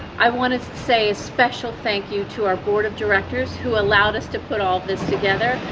i want to say a special thank you to our board of directors who allowed us to put all this together,